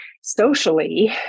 socially